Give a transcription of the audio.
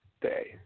Day